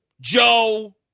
Joe